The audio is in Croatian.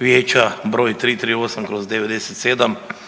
Vijeća br. 338/97